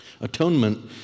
Atonement